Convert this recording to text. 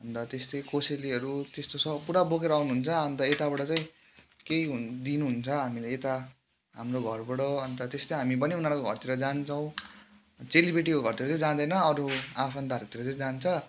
अन्त त्यसतै कोसेलीहरू त्यस्तो सब पुरा बोकेर आउनुहुन्छ अन्त यताबाट चाहिँ केही दिनुहुन्छ हामीले यता हाम्रो घरबाट अन्त त्यस्तै हामी पनी उनीहरूको घरतिर जान्छौँ चेलीबेटीको घरतिर त जादैन अरू आफन्तहरूतिर चाहिँ जान्छ